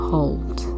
Hold